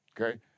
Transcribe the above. Okay